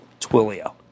Twilio